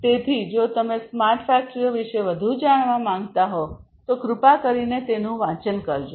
તેથી જો તમે સ્માર્ટ ફેક્ટરીઓ વિશે વધુ જાણવા માંગતા હો તો કૃપા કરીને તેનું વાંચન કરો